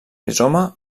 rizoma